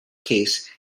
case